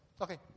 okay